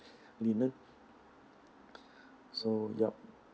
linen so yup